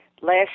Last